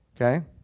Okay